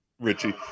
richie